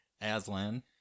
Aslan